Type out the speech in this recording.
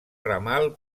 ramal